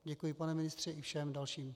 Děkuji, pane ministře, i všem dalším.